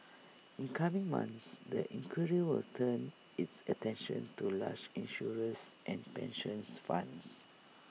in coming months the inquiry will turn its attention to large insurers and pensions funds